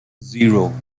zero